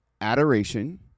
adoration